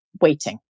waiting